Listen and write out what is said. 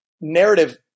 narrative